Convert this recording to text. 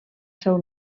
seu